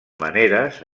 maneres